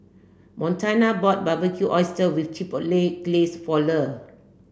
Montana bought Barbecued Oysters with Chipotle Glaze for Le